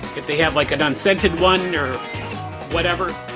if they have like an unscented one or whatever,